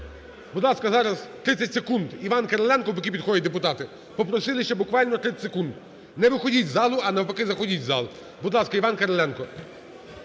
Будь ласка, зараз 30 секунд - Іван Кириленко, поки підходять депутати. Попросили ще буквально 30 секунд. Не виходіть із залу, а навпаки заходіть у зал. Будь ласка, Іван Кириленко.